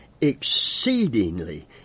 exceedingly